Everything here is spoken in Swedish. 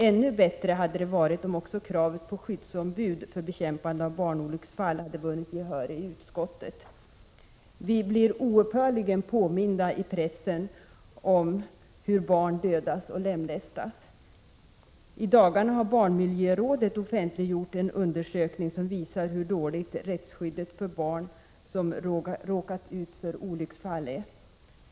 Ännu bättre hade det varit om också kravet på skyddsombud för bekämpande av barnolycksfall hade vunnit gehör i utskottet. Vi blir oupphörligen påminda i pressen om hur barn dödas och lemlästas. I dagarna har barnmiljörådet offentliggjort en undersökning som visar hur dåligt rättsskyddet är för barn som råkat ut för olycksfall.